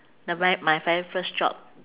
the my my very first job